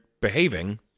behaving